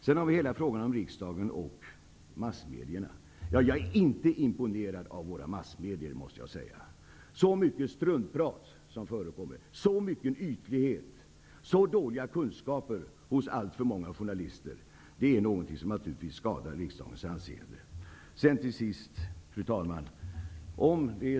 Sedan har vi frågan om riksdagen och massmedierna. Jag är inte imponerad av våra massmedier. Det måste jag säga. Det är så mycket struntprat som förekommer, och det är så mycket av ytlighet och dåliga kunskaper som kan noteras hos alltför många journalister. Detta skadar naturligtvis riksdagens anseende. Fru talman!